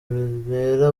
bibera